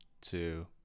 two